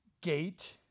gate